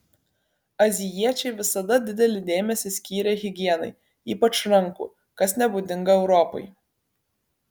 azijiečiai visada didelį dėmesį skyrė higienai ypač rankų kas nebūdinga europai